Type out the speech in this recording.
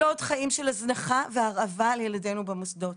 לא עוד חיים של הזנחה והרעבה לילדינו במוסדות.